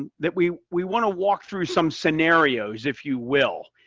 and that we we want to walk through some scenarios, if you will.